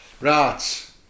right